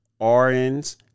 RNs